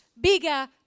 bigger